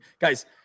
Guys